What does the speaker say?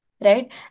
Right